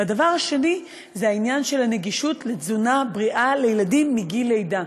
והדבר השני זה העניין של גישה לתזונה בריאה לילדים מגיל לידה.